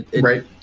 Right